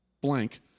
blank